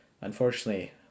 Unfortunately